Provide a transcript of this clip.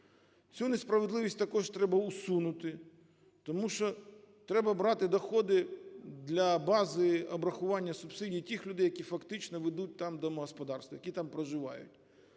Цю несправедливість також треба усунути, тому що треба брати доходи для бази обрахування субсидій тих людей, які фактично там ведуть домогосподарство, які там проживають.